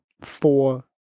four